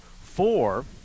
four